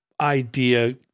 idea